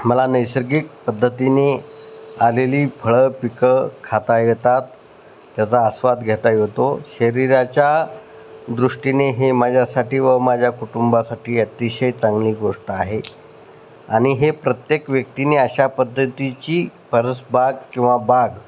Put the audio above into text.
मला नैसर्गिक पद्धतीने आलेली फळं पिकं खाता येतात त्याचा आस्वाद घेता येतो शरीराच्या दृष्टीने हे माझ्यासाठी व माझ्या कुटुंबासाठी अतिशय चांगली गोष्ट आहे आणि हे प्रत्येक व्यक्तीने अशा पद्धतीची परसबाग किंवा बाग